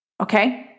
Okay